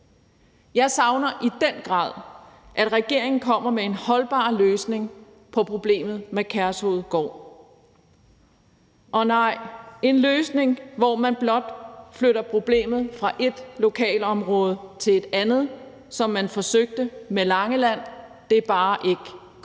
Jeg savner i den grad, at regeringen kommer med en holdbar løsning på problemet med Kærshovedgård. Og nej, en løsning, hvor man blot flytter problemet fra et lokalområde til et andet, som man forsøgte med Langeland, er bare ikke godt